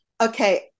Okay